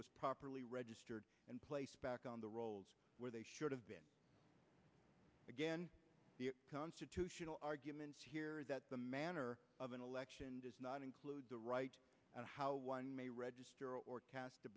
was properly registered and placed back on the rolls where they should have been again the constitutional arguments here that the manner of an election does not include the right of how one may register or cast a